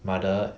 mother